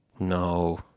No